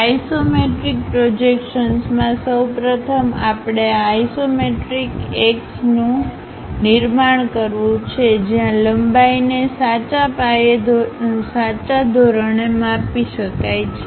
isometric પ્રોજેક્શન્સમાં સૌ પ્રથમ આપણે આ આઇસોમેટ્રિક એક્ષસ નું નિર્માણ કરવું છે જ્યાં લંબાઈને સાચા પાયે ધોરણે માપી શકાય છે